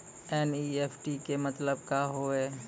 NEFT के मतलब का होव हेय?